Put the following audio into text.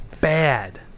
Bad